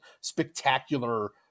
spectacular